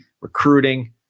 recruiting